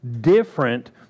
different